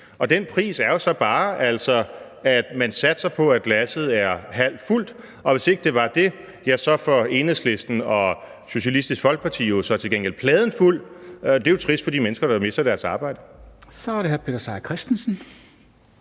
den pris er jo så bare, at man satser på, at glasset er halvt fyldt, og hvis det ikke er det, får Enhedslisten og Socialistisk Folkeparti så til gengæld pladen fuld. Og det er trist for de mennesker, der mister deres arbejde. Kl. 11:20 Formanden (Henrik Dam Kristensen):